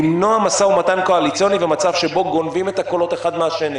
למנוע משא-ומתן קואליציוני במצב שבו גונבים את הקולות אחד מהשני,